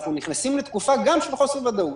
אנחנו נכנסים לתקופה גם של חוסר ודאות,